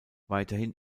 weiterhin